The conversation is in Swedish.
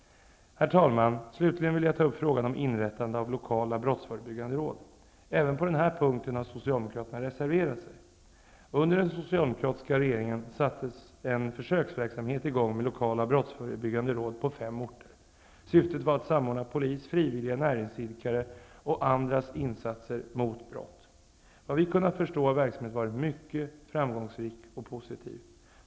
Herr talman! Slutligen vill jag ta upp frågan om inrättande av lokala brottsförebyggande råd. Även på denna punkt har Socialdemokraterna reserverat sig. Under den socialdemokratiska regeringen sattes en försöksverksamhet i gång, med lokala brottsförebyggande råd på fem orter. Syftet var att samordna polis, frivilliga, näringsidkare och andras insatser mot brott. Såvitt vi har kunnat förstå har verksamheten varit mycket framgångsrik och positiv.